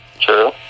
True